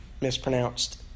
mispronounced